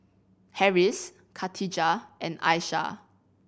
Harris Katijah and Aisyah